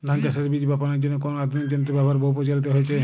ধান চাষের বীজ বাপনের জন্য কোন আধুনিক যন্ত্রের ব্যাবহার বহু প্রচলিত হয়েছে?